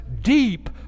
deep